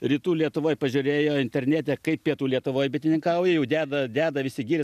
rytų lietuvoj pažiūrėjo internete kaip pietų lietuvoj bitininkauja jau deda deda visi girias